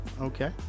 okay